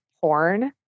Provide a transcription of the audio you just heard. porn